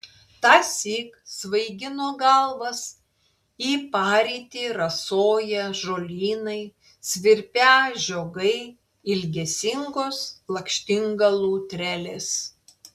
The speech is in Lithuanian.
tąsyk svaigino galvas į parytį rasoją žolynai svirpią žiogai ilgesingos lakštingalų trelės